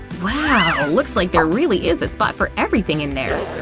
wow, looks like there really is a spot for everything in there.